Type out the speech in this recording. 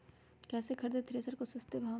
कैसे खरीदे थ्रेसर को सस्ते भाव में?